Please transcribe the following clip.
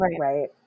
right